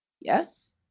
Yes